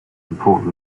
important